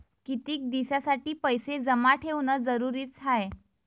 कितीक दिसासाठी पैसे जमा ठेवणं जरुरीच हाय?